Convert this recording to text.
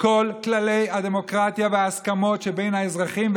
כל כללי הדמוקרטיה וההסכמות שבין האזרחים,